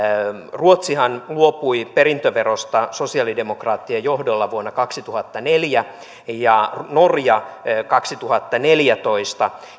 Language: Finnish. ruotsihan luopui perintöverosta sosialidemokraattien johdolla vuonna kaksituhattaneljä ja norja kaksituhattaneljätoista